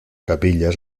capillas